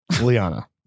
Liana